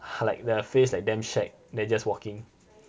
like their face like damn shag they just walking